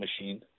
machine